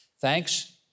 Thanks